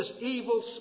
evil